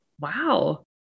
Wow